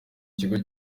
kigo